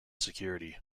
security